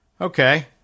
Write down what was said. Okay